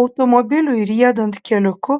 automobiliui riedant keliuku